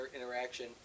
interaction